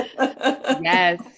yes